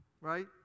right